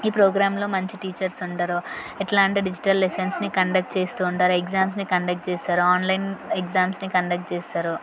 ఈ ప్రోగ్రాంలో మంచి టీచర్స్ ఉండరు ఎట్లా అంటే డిజిటల్ లెసన్స్ని కండక్ట్ చేస్తూ ఉండాలి ఎగ్జామ్స్ని కండక్ట్ చేస్తారు ఆన్లైన్ ఎగ్జామ్స్ని కండక్ట్ చేస్తారు